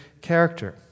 character